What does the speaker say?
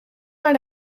naar